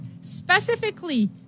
specifically